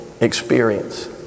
experience